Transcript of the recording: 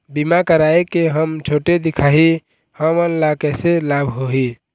बीमा कराए के हम छोटे दिखाही हमन ला कैसे लाभ होही?